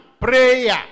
Prayer